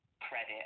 credit